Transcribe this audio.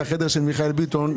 את החדר של מיכאל ביטון,